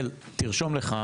תרשום לך.